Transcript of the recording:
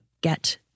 get